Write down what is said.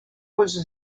was